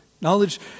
Knowledge